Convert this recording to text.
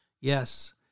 Yes